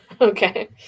Okay